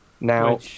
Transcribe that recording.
now